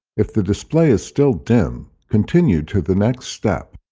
if the display is still dim, continue to the next step.